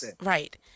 Right